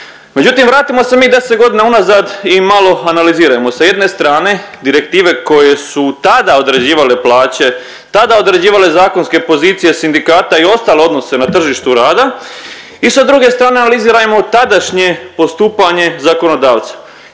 Međutim vratimo se mi 10 godina unazad i malo analizirajmo. Sa jedne strane direktive koje su tada određivale plaće, tada određivale zakonske pozicije sindikata i ostale odnose na tržištu rada i sa druge strane analizirajmo tadašnje postupanje zakonodavca